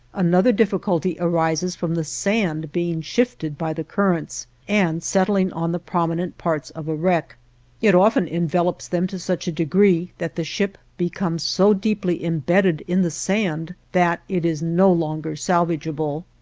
another difficulty arises from the sand being shifted by the currents, and settling on the prominent parts of a wreck it often envelops them to such a degree that the ship becomes so deeply embedded in the sand that it is no longer salvable.